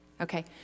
okay